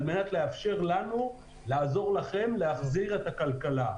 על מנת לאפשר לנו לעזור לכם להחזיר את הכלכלה.